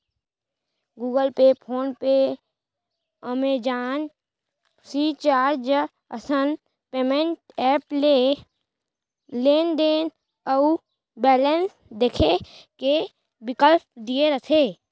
Google Pay, PhonePe, Amazon, free charge असन payment app ले लेनदेन अउ बेलेंस देखे के बिकल्प दिये रथे